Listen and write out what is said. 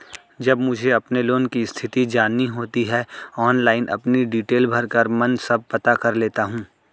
जब मुझे अपने लोन की स्थिति जाननी होती है ऑनलाइन अपनी डिटेल भरकर मन सब पता कर लेता हूँ